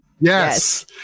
Yes